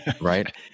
right